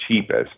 cheapest